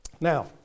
Now